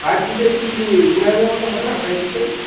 five G set কি কুড়ি হাজারের মধ্যে হবে না ফাইভ জি সেট